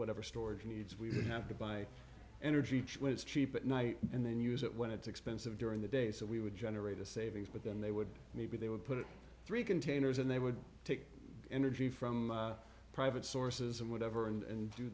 whatever storage needs we have to buy energy it's cheap at night and then use it when it's expensive during the day so we would generate a savings but then they would maybe they would put it three containers and they would take energy from private sources and whatever and